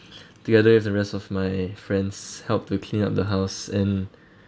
together with the rest of my friends helped to clean up the house and